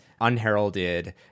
unheralded